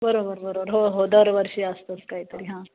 बरोबर बरोबर हो हो दरवर्षी असतंच कायतरी हां